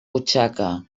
butxaca